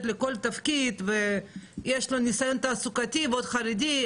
לכל תפקיד ויש לו ניסיון תעסוקתי והוא עוד חרדי,